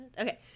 Okay